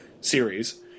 series